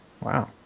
wow